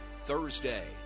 Thursday